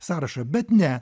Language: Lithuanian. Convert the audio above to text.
sąrašą bet ne